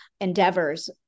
endeavors